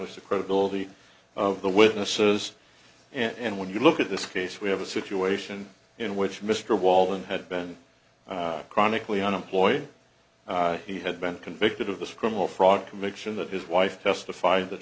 us the credibility of the witnesses and when you look at this case we have a situation in which mr walton had been chronically unemployed he had been convicted of this criminal fraud conviction that his wife testified that